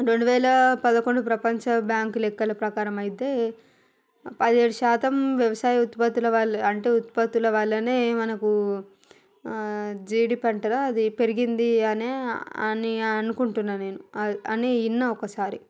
రెండువేల పదకొండు ప్రపంచ బ్యాంకు లెక్కల ప్రకారం అయితే పదేడు శాతం వ్యవసాయం ఉత్పత్తుల వల్ల అంటే ఉత్పత్తులు వల్లనే మనకు జీడి పంట అది పెరిగింది అనే అని అనుకుంటున్నా నేను అని విన్న ఒకసారి